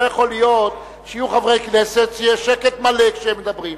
לא יכול להיות שיהיו חברי כנסת שיהיה שקט מלא כשהם מדברים,